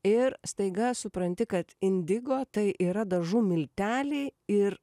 ir staiga supranti kad indigo tai yra dažų milteliai ir